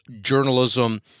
Journalism